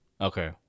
okay